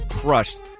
Crushed